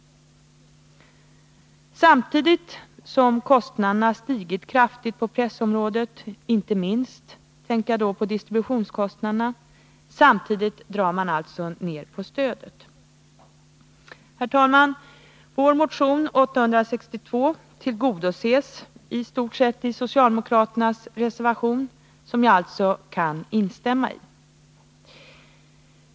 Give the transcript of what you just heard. Samtidigt som kostnaderna stigit kraftigt på pressområdet — inte minst distributionskostnaderna — drar man alltså ner på stödet. Herr talman! Vår motion 862 tillgodoses i stort sett i socialdemokraternas reservation, som jag alltså yrkar bifall till.